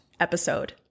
episode